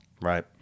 Right